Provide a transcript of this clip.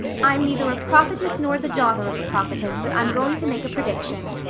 i'm neither a prophetess nor the daughter of a prophetess but i'm going to make a prediction.